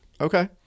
Okay